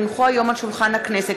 כי הונחו היום על שולחן הכנסת,